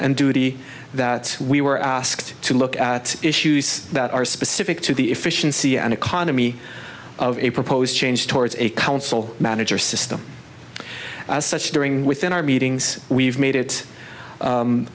and duty that we were asked to look at issues that are specific to the efficiency and economy of a proposed change towards a council manager system such during within our meetings we've made it